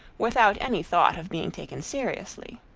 without any thought of being taken seriously.